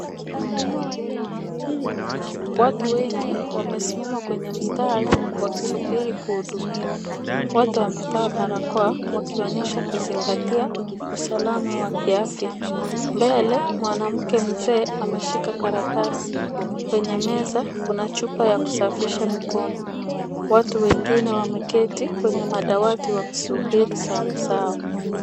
Watu wengi wamesimama kwenye mstari wakisubiri kuhudumiwa. Wote wamevaa barakoa, wakionyesha kuzingatia usalama wa kiafya. Mbele mwanamke mzee ameshika karatasi. Kwenye meza kuna chupa ya kusafisha mikono .Watu wengine wameketi kwenye madawati, wakisubiri zamu zao.